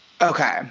Okay